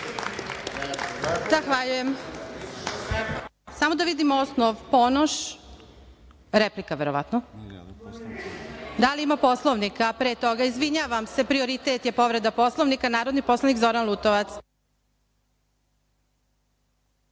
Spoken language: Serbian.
Zahvaljujem. Sam da vidim osnov. Ponoš, replika verovatno. Da li ima Poslovnika, a pre toga izvinjavam se prioritet je povreda Poslovnika. Narodni poslanik Zoran Lutovac.